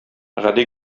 гади